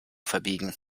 verbiegen